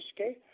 okay